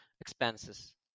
expenses